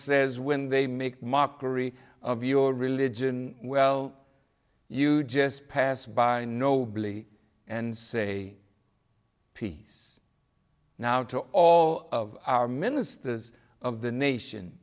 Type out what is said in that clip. says when they make mockery of your religion well you just pass by nobley and say peace now to all of our ministers of the nation